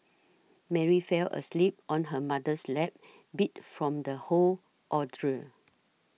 Mary fell asleep on her mother's lap beat from the whole ordeal